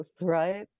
right